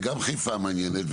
וגם חיפה מעניינת,